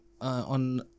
on